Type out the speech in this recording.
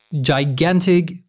gigantic